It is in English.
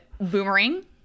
Boomerang